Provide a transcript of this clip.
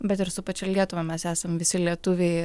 bet ir su pačia lietuva mes esam visi lietuviai